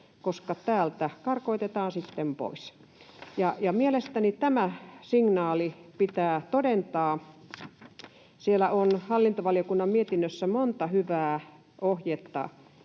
koska täältä karkotetaan sitten pois, ja mielestäni tämä signaali pitää todentaa. Siellä hallintovaliokunnan mietinnössä on monta hyvää ohjetta